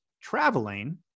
traveling